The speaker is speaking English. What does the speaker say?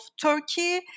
Turkey